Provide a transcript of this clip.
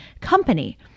company